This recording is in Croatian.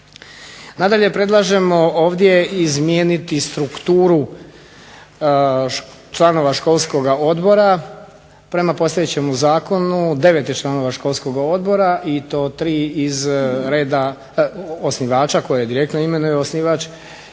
Nadalje, predlažemo ovdje izmijeniti strukturu članova Školskog odbora. Prema postojećem zakonu 9 je članova Školskog odbora i to tri iz reda osnivača koje direktno imenuje osnivač,